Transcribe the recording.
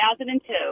2002